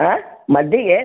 ಹಾಂ ಮದ್ದಿಗೆ